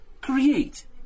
Create